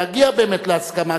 להגיע באמת להסכמה,